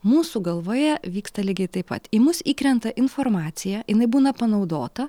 mūsų galvoje vyksta lygiai taip pat į mus įkrenta informacija jinai būna panaudota